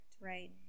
right